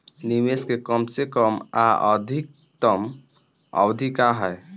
निवेश के कम से कम आ अधिकतम अवधि का है?